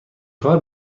کار